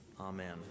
Amen